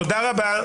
תודה רבה.